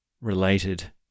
related